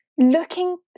Looking